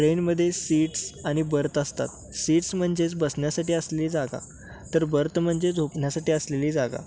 ट्रेनमध्ये सीट्स आणि बर्त असतात सीट्स म्हणजेच बसण्यासाठी असलेली जागा तर बर्त म्हणजे झोपण्यासाठी असलेली जागा